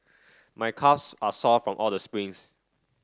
my calves are sore from all the sprints